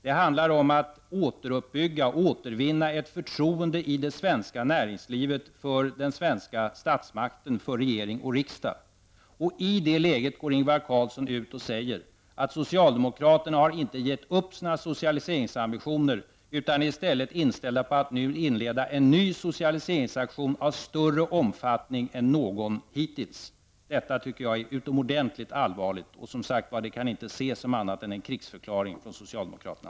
Det handlar om att återuppbygga och återvinna ett förtroende i det svenska näringslivet för den svenska statsmakten, för regeringen och riksdagen. I det läget går Ingvar Carlsson ut och säger att socialdemokraterna inte har gett upp sina socialiseringsambitioner utan i stället är inställda på att nu inleda en ny socialiseringsauktion av större omfattning än någon hittills. Detta tycker jag är utomordentligt allvarligt, och det kan inte ses som något annat än krigsförklaring från socialdemokraterna.